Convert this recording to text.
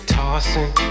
tossing